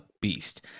beast